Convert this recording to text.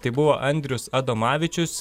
tai buvo andrius adomavičius